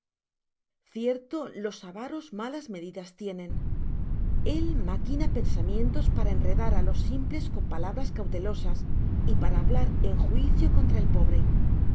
cierto los avaros malas medidas tienen él maquina pensamientos para enredar á los simples con palabras cautelosas y para hablar en juicio contra el pobre